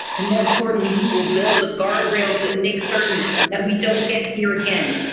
and more importantly we will build the guardrails that make certain that we don't get here again.